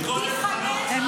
אני בראשונה, ארז?